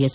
S